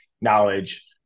knowledge